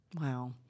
Wow